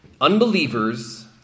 Unbelievers